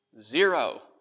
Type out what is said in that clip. Zero